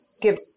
give